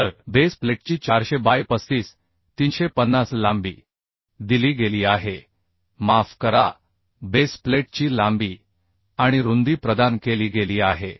तर बेस प्लेटची 400 बाय 35 350 लांबी दिली गेली आहे माफ करा बेस प्लेटची लांबी आणि रुंदी प्रदान केली गेली आहे